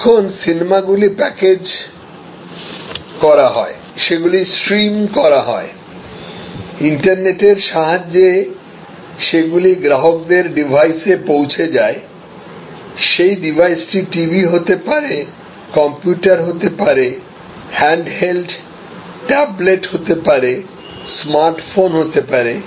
এখন সিনেমাগুলি প্যাকেজ করা হয় সেগুলি স্ট্রিম করা হয় ইন্টারনেটের সাহায্যে সেগুলি গ্রাহকদের ডিভাইসে পৌঁছে যায় সেই ডিভাইসটি টিভি হতে পারে কম্পিউটার হতে পারে হ্যান্ডহেল্ড ট্যাবলেট হতে পারে স্মার্ট ফোন হতে পারে